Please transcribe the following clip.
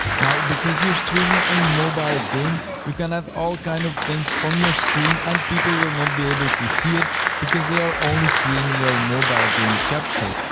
now, because you're streaming a mobile game, you can have all kind of things on your screen and people will not be able to see it because they are only seeing your mobile game capture.